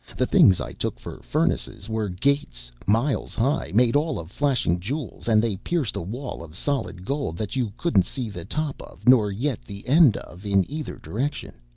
the things i took for furnaces were gates, miles high, made all of flashing jewels, and they pierced a wall of solid gold that you couldn't see the top of, nor yet the end of, in either direction.